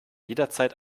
jederzeit